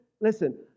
Listen